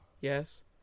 Yes